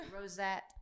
Rosette